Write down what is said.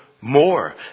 more